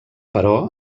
però